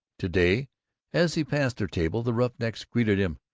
to-day as he passed their table the roughnecks greeted him,